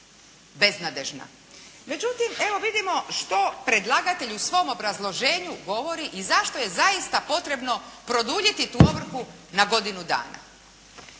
beznadežna. Međutim, evo vidimo što predlagatelj u svom obrazloženju govori i zašto je zaista potrebno produljiti tu ovrhu na godinu dana.